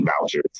vouchers